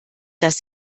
dass